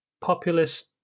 populist